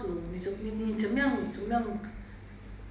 thirty minutes chinese thirty minutes english